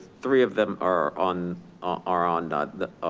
three of them are on are on the